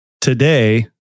today